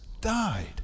died